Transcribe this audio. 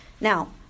now